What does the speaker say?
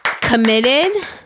committed